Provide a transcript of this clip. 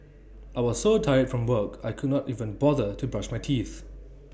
I was so tired from work I could not even bother to brush my teeth